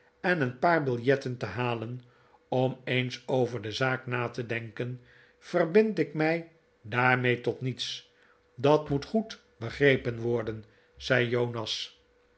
en een paar biljetten te halen om eens over de zaak na te denken verbind ik mij daarmee tot niets dat moet goed begrepen worden zei jonas